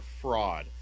fraud